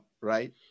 Right